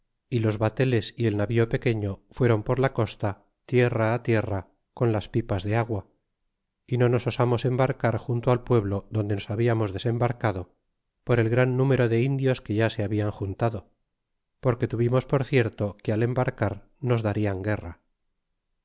y los bateles y el navío pequeño fueron por la costa tierra tierra con las pipas de agua y no nos osamos embarcar junto al pueblo donde nos hablamos desembarcado por el gran número de indios que ya se hablan juntado porque tuvimos por cierto que al embarcar nos darian guerra